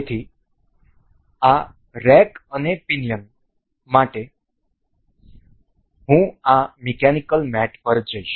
તેથી આ રેક અને પિનિયન માટે હું આ મિકેનિકલ મેટ પર જઈશ